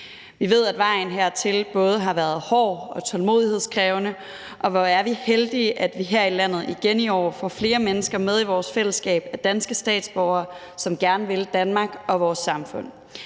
Vi ved, at vejen hertil har været både hård og tålmodighedskrævende, og hvor er vi heldige, at vi her i landet igen i år får flere mennesker med i vores fællesskab af danske statsborgere, som gerne vil Danmark og vores samfund.